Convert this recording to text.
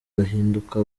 bahinduka